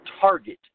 target